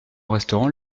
restaurant